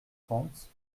trente